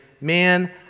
man